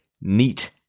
neat